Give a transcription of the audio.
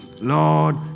Lord